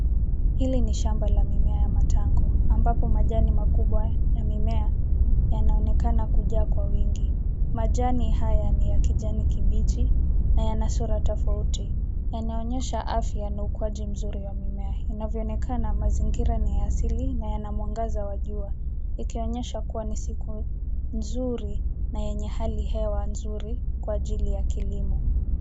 Hili ni shamba la mimea ya matango, ambapo majani makubwa ya mimea yanaonekana kujaa kwa wingi. Majani haya ni ya kijani kibichi na yana sura tofauti. Yanaonyesha afya na ukuaji mzuri wa mimea . Inavyoonekana, mazingira ni ya asili na yana mwangaza wa jua, ikionyesha kuwa ni siku nzuri na yenye hali hewa nzuri kwa ajili ya kilimo.